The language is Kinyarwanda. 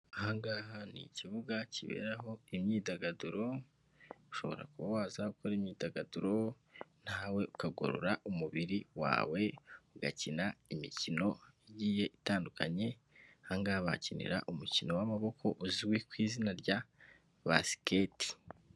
Aha ngaha ni ikibuga kiberaho imyidagaduro, ushobora kuba waza gukora imyidagaduro, nawe ukagorora umubiri wawe, ugakina imikino igiye itandukanye, aha ngaha bahakinira umukino w'amaboko uzwi ku izina rya basiketi.